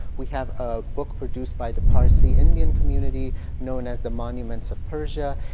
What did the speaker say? we have a book produced by the parsi indian community known as the monuments of persia.